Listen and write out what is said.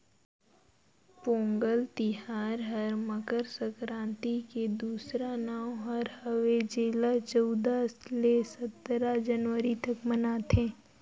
पोगंल तिहार हर मकर संकरांति के दूसरा नांव हर हवे जेला चउदा ले सतरा जनवरी तक मनाथें